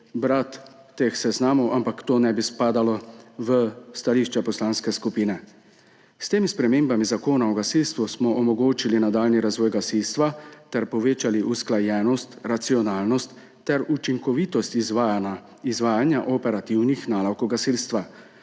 brat seznam, ampak to ne bi spadalo v stališče poslanske skupine. S temi spremembami Zakona o gasilstvu smo omogočili nadaljnji razvoj gasilstva ter povečali usklajenost, racionalnost ter učinkovitost izvajanja operativnih nalog gasilstva.